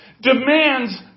Demands